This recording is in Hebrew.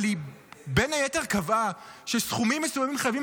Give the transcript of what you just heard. אבל היא קבעה בין היתר שסכומים מסוימים חייבים